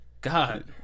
God